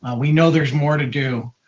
we know there's more to do.